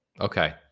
Okay